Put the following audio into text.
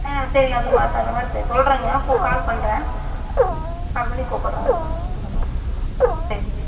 ஆ சரிங்க அது மா தகுந்தமாதிரி சொல்கிறேங்க போ கால் பண்ணுறேன் கால் பண்ணி கூப்பிட்றேங்க இந்தமாதிரி சரிங்க